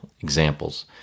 examples